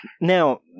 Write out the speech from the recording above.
Now